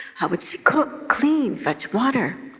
how would she cook, clean, fetch water?